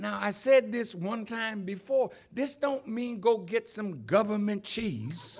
now i said this one time before this don't mean go get some government cheese